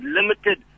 limited